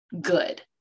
good